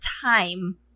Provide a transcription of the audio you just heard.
time